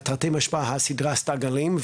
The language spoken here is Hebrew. הסדרה עשתה גלים,